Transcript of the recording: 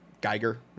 Geiger